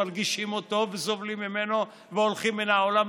מרגישים אותו וסובלים ממנו והולכים מן העולם,